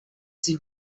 sie